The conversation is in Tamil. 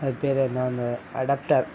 அது பேர் என்ன அந்த அடாப்டர்